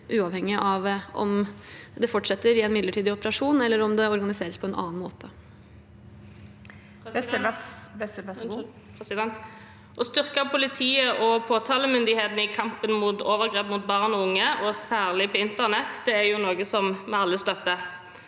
uavhengig av om det fortsetter i en midlertidig operasjon eller om det organiseres på en annen måte. Naomi Wessel (R) Å styrke politiet og påtalemyndigheten i kampen mot overgrep mot barn og unge, særlig på internett, er noe vi alle støtter.